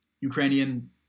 Ukrainian